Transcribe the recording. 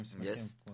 Yes